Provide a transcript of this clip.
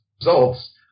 results